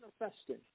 Manifesting